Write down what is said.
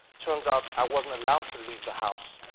turns out i wasn't allowed to leave the house,